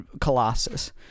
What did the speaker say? Colossus